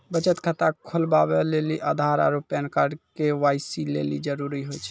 बचत खाता खोलबाबै लेली आधार आरू पैन कार्ड के.वाइ.सी लेली जरूरी होय छै